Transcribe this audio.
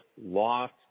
lost